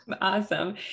Awesome